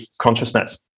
consciousness